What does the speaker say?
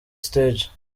stage